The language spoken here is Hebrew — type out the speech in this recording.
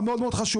המאוד מאוד חשובות.